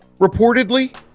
reportedly